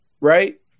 right